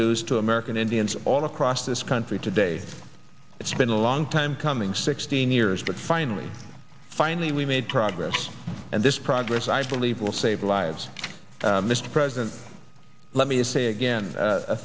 news to american indians all across this country today it's been a long time coming sixteen years but finally finally we made progress and this progress i believe will save lives mr president let me say again